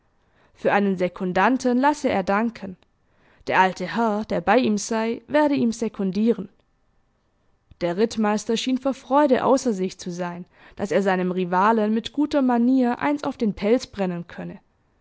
für einen sekundanten lasse er danken der alte herr der bei ihm sei werde ihm sekundieren der rittmeister schien vor freude außer sich zu sein daß er seinem rivalen mit guter manier eins auf den pelz brennen könne